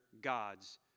gods